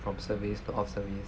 from service to off service